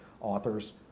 authors